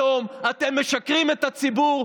היום אתם משקרים לציבור.